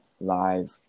live